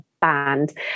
band